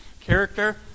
character